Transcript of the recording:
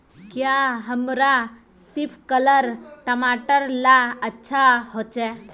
क्याँ हमार सिपकलर टमाटर ला अच्छा होछै?